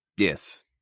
yes